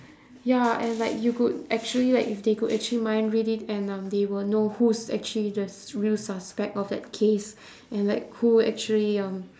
ya and like you could actually like if they could actually mind read it and um they will know who's actually the real suspect of that case and like who actually um